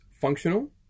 functional